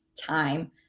time